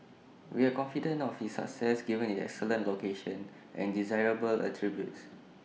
we are confident of its success given its excellent location and desirable attributes